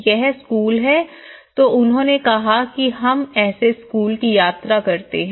यह स्कूल है तो उन्होंने कहा कि हम ऐसे स्कूल की यात्रा करते हैं